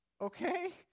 Okay